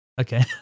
Okay